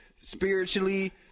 spiritually